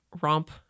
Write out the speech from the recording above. romp